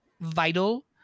vital